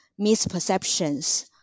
misperceptions